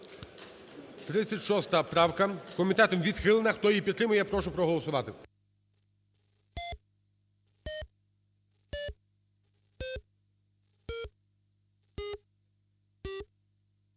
36 правка. Комітетом відхилена. Хто її підтримує, прошу проголосувати.